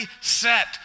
set